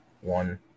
one